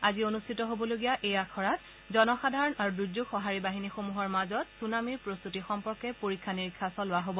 আজি অনুষ্ঠিত হ'বলগীয়া এই আখৰাত জনসাধাৰণ আৰু দুৰ্যোগ সহাৰি বাহিনীসমূহৰ মাজত ছুনামিৰ প্ৰস্ত্বতি সম্পৰ্কে পৰীক্ষা নিৰীক্ষা চলোৱা হব